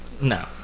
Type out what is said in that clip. No